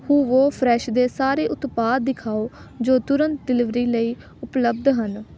ਹੂਵੋ fresh ਦੇ ਸਾਰੇ ਉਤਪਾਦ ਦਿਖਾਓ ਜੋ ਤੁਰੰਤ ਡਿਲੀਵਰੀ ਲਈ ਉਪਲਬਧ ਹਨ